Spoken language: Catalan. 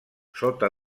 sota